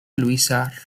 luisa